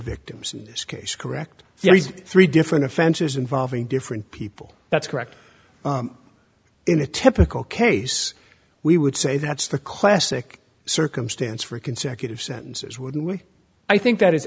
case correct three different offenses involving different people that's correct in a typical case we would say that's the classic circumstance for consecutive sentences wouldn't i think that i